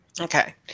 Okay